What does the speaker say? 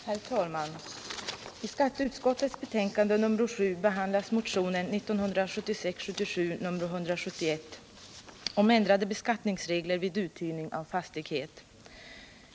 Herr talman! I skatteutskottets betänkande nr 7 behandlas motionen 1976/77:171 om ändrade beskattningsregler vid uthyrning av fastighet.